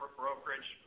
brokerage